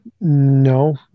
No